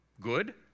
good